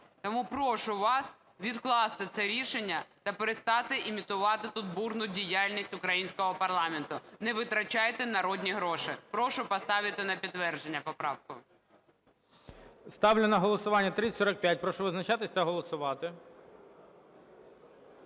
Тому прошу вас відкласти це рішення та перестати імітувати тут бурну діяльність українського парламенту. Не витрачайте народні гроші. Прошу поставити на підтвердження поправку. ГОЛОВУЮЧИЙ. Ставлю на голосування 3045. Прошу визначатись та голосувати.